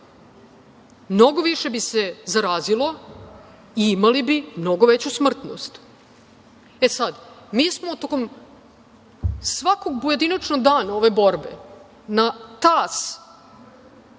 mnogo više bi se zarazilo i imali bi mnogo veću smrtnost. Mi smo tokom svakog pojedinačnog dana ove borbe na tas